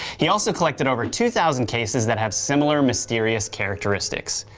he also collected over two thousand cases that have similar mysterious characteristics.